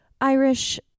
Irish